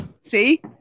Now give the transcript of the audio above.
See